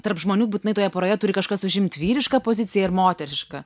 tarp žmonių būtinai toje poroje turi kažkas užimt vyrišką poziciją ir moterišką